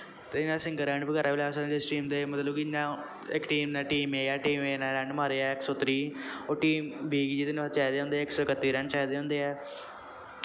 ते इ'यां single run बगैरा बी लै सकदे न जिस टीम दे मतलब कि इ'यां इक टीम न टीम ए ऐ टीम ए न रन मारे ऐ इक सौ त्रीह् ओह् टीम बी गी जित्तने बास्तै चाहिदे होंदे ऐ इक सौ कत्ती रन चाहिदे होंदे ऐ